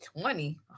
Twenty